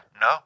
No